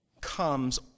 comes